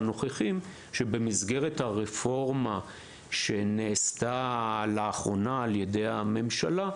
הנוכחים שבמסגרת הרפורמה שנעשתה לאחרונה על ידי הממשלה,